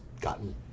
gotten